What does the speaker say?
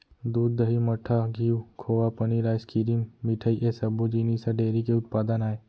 दूद, दही, मठा, घींव, खोवा, पनीर, आइसकिरिम, मिठई ए सब्बो जिनिस ह डेयरी के उत्पादन आय